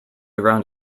around